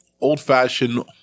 old-fashioned